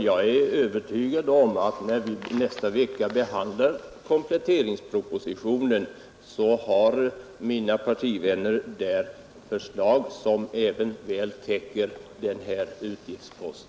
Jag är övertygad om att mina partivänner, när vi nästa vecka behandlar kompletteringspropostionen, där har förslag som även väl täcker denna utgiftspost.